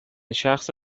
شخص